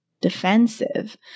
defensive